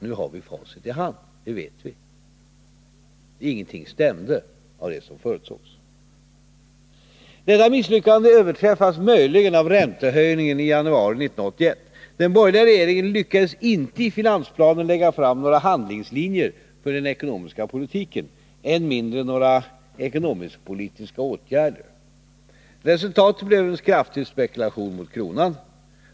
Nu har vi facit i hand, och nu vet vi. Ingenting stämde av det som förutsågs. Detta misslyckande överträffas möjligen av räntehöjningen i januari 1981. Den borgerliga regeringen lyckades inte i finansplanen lägga fram några handlingslinjer för den ekonomiska politiken, än mindre några ekonomiskpolitiska åtgärder. Resultatet blev en kraftig spekulation mot kronan.